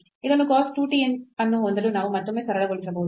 ಇದನ್ನು cos 2 t ಅನ್ನು ಹೊಂದಲು ನಾವು ಮತ್ತೊಮ್ಮೆ ಸರಳಗೊಳಿಸಬಹುದು